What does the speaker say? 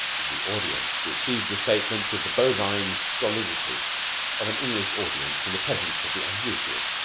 the audience received the statement with the bovine stolidity of an english audience in the presence of the unusual.